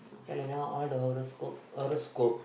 ya like now all the horoscope horoscope